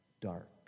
dark